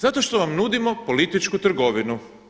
Zato što vam nudimo političku trgovinu.